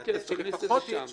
אוקיי, נכניס את זה שם.